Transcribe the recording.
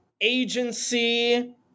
agency